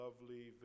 lovely